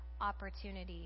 opportunity